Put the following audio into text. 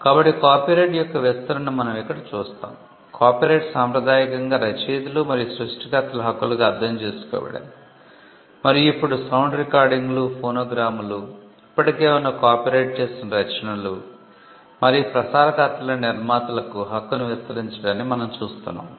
కాబట్టి కాపీరైట్ యొక్క విస్తరణను మనం ఇక్కడ చూస్తాము కాపీరైట్ సాంప్రదాయకంగా రచయితలు మరియు సృష్టికర్తల హక్కులుగా అర్థం చేసుకోబడింది మరియు ఇప్పుడు సౌండ్ రికార్డింగ్లు ఫోనోగ్రామ్లు ఇప్పటికే ఉన్న కాపీరైట్ చేసిన రచనలు మరియు ప్రసారకర్తలైన నిర్మాతలకు హక్కును విస్తరించడాన్ని మనం చూస్తున్నాము